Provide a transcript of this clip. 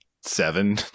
seven